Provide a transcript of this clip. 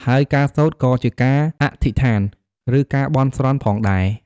ហើយការសូត្រក៏អាចជាការអធិដ្ឋាន ឬការបន់ស្រន់ផងដែរ។